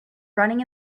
running